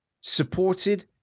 supported